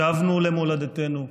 שבנו למולדתנו,